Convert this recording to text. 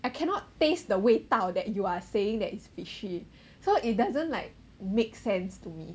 I cannot taste 的味道 that you are saying that its fishy so it doesn't like make sense to me